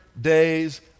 days